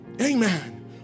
Amen